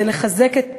זה לחזק את כולנו.